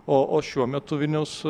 o o šiuo metu vilniaus